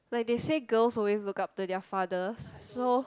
like they say girls always look up to their fathers so